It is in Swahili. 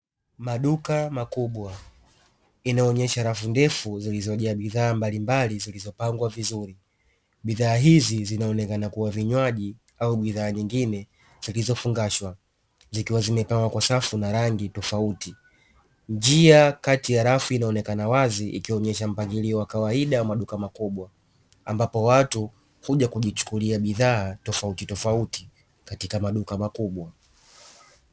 Maduka makubwa inaonyesha rafu ndefu zilizojaa bidhaa mbalimbali zilizopangwa vizuri; bidhaa hizi zinaonekana kuwa vinyaji au bidhaa nyingine zilizofungashwa zikiwa zimepangwa kwa safu na rangi tofauti; njia kati ya rafu inaonekana wazi ikionyesha mpangilio wa kawaida maduka makubwa, ambapo watu huja kujichukulia bidhaa tofautitofauti katika maduka makubwa.